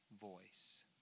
voice